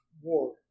war